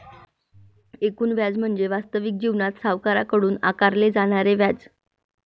एकूण व्याज म्हणजे वास्तविक जीवनात सावकाराकडून आकारले जाणारे व्याज